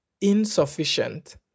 insufficient